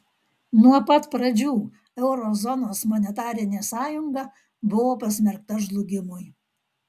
nuo pat pradžių euro zonos monetarinė sąjunga buvo pasmerkta žlugimui